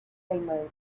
caimán